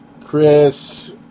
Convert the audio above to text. Chris